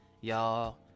Y'all